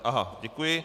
Aha, děkuji.